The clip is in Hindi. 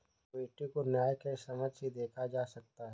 इक्विटी को न्याय के समक्ष ही देखा जा सकता है